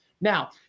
Now